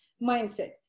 mindset